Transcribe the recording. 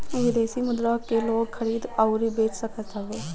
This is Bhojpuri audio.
विदेशी मुद्रा के लोग खरीद अउरी बेच सकत हवे